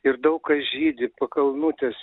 ir daug kas žydi pakalnutės